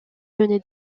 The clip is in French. donné